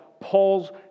Paul's